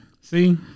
See